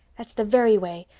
that's the very way.